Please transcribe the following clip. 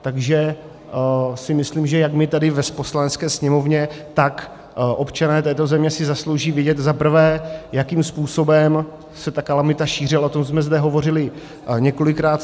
Takže si myslím, že jak my tady v Poslanecké sněmovně, tak občané této země si zaslouží vidět, za prvé, jakým způsobem se ta kalamita šíří, ale o tom jsme zde hovořili několikrát.